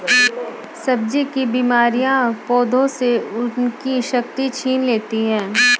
सब्जी की बीमारियां पौधों से उनकी शक्ति छीन लेती हैं